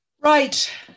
Right